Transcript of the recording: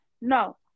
no